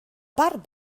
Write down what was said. part